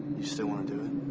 iyou still want to do it?